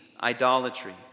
idolatry